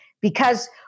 Because-